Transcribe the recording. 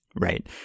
Right